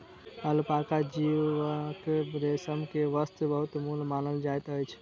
alpaca जीवक रेशम के वस्त्र बहुमूल्य मानल जाइत अछि